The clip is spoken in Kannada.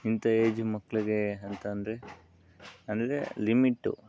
ಇಂಥ ಏಜ್ ಮಕ್ಕಳಿಗೆ ಅಂತ ಅಂದರೆ ಅಂದರೆ ಲಿಮಿಟ್ಟು